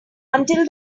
until